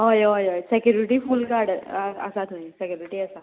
हय हय हय सेक्युरिटी फूल गार्ड आसा थंय सेक्युरिटी आसा